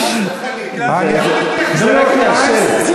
חס וחלילה.